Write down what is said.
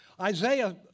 Isaiah